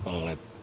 Hvala.